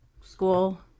school